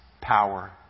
power